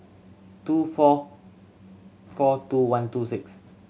two four four two one two six